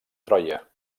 troia